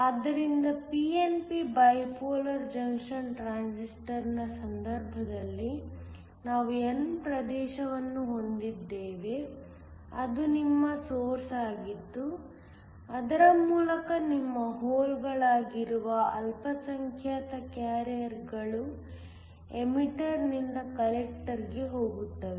ಆದ್ದರಿಂದ PNP bipolar junction ಟ್ರಾನ್ಸಿಸ್ಟರ್ನ ಸಂದರ್ಭದಲ್ಲಿ ನಾವು n ಪ್ರದೇಶವನ್ನು ಹೊಂದಿದ್ದೇವೆ ಅದು ನಿಮ್ಮ ಸೊರ್ಸ್ ಆಗಿತ್ತು ಅದರ ಮೂಲಕ ನಿಮ್ಮ ಹೋಲ್ಗಳಾಗಿರುವ ಅಲ್ಪಸಂಖ್ಯಾತ ಕ್ಯಾರಿಯರ್ಗಳು ಎಮಿಟರ್ ನಿಂದ ಕಲೆಕ್ಟರ್ ಗೆ ಹೋಗುತ್ತವೆ